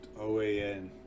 OAN